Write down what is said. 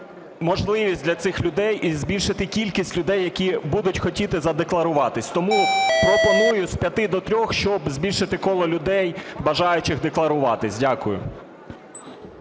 можливість для цих людей і збільшити кількість людей, які будуть хотіти задекларуватися. Тому пропоную з 5-ти до 3-х, щоб збільшити коло людей, бажаючих декларуватися. Дякую.